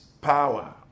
power